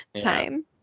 time